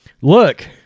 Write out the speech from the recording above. look